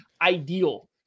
ideal